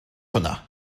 hwnna